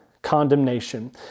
Condemnation